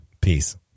Peace